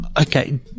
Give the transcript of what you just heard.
Okay